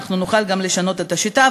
נוכל לשנות את השיטה,